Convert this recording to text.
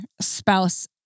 spouse